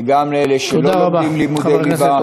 וגם לאלה שלא לומדים לימודי